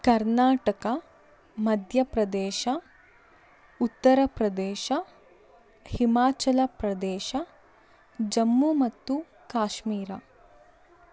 ಕರ್ನಾಟಕ ಮಧ್ಯ ಪ್ರದೇಶ ಉತ್ತರ ಪ್ರದೇಶ ಹಿಮಾಚಲ ಪ್ರದೇಶ ಜಮ್ಮು ಮತ್ತು ಕಾಶ್ಮೀರ